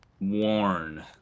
worn